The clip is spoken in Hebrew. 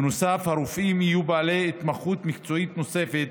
בנוסף, הרופאים יהיו בעלי התמחות מקצועית נוספת,